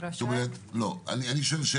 בא